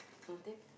curve deck